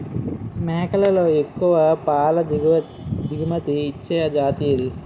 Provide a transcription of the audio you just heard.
మేకలలో ఎక్కువ పాల దిగుమతి ఇచ్చే జతి ఏది?